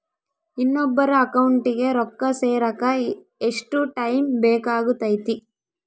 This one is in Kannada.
ಇನ್ನೊಬ್ಬರ ಅಕೌಂಟಿಗೆ ರೊಕ್ಕ ಸೇರಕ ಎಷ್ಟು ಟೈಮ್ ಬೇಕಾಗುತೈತಿ?